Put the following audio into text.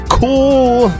cool